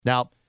Now